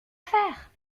faire